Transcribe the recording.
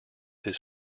his